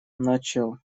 начал